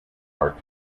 are